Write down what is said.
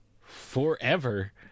forever